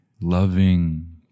loving